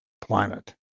planet